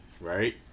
right